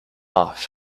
off